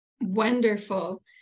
Wonderful